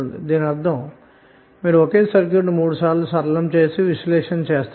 దీనర్ధం ఏమిటంటే ఒకే సర్క్యూట్ ను 3 సార్లు సరళం చేసి విశ్లేషణ చేయాలి